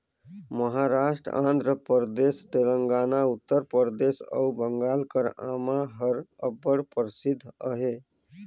महारास्ट, आंध्र परदेस, तेलंगाना, उत्तर परदेस अउ बंगाल कर आमा हर अब्बड़ परसिद्ध अहे